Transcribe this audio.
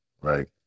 right